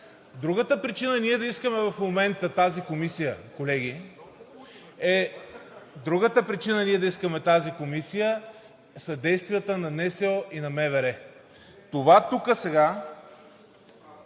Другата причина ние да искаме в момента тази комисия, колеги, са действията на НСО и на МВР. Това тук сега